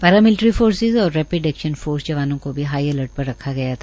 para military forces और rapid action force जवानों को भी भी हाई अर्ल्ट पर रखा गया था